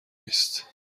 نیست